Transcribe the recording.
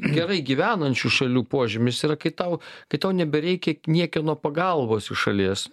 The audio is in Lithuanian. gerai gyvenančių šalių požymis yra kai tau kai tau nebereikia niekieno pagalbos iš šalies